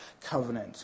covenant